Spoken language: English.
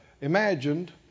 imagined